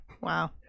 Wow